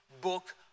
book